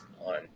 on